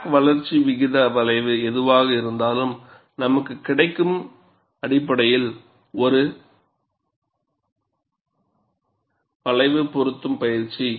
crack வளர்ச்சி விகித வளைவு எதுவாக இருந்தாலும் நமக்கு கிடைக்கும் வடிவம் அடிப்படையில் ஒரு வளைவு பொருத்தும் பயிற்சி